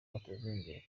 batazongera